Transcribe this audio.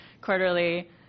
quarterly